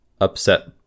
upset